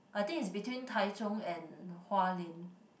I think is between Tai-Zhong and Hua-Lian